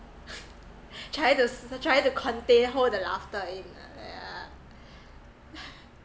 try to try to contain hold the laughter in uh yeah